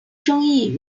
争议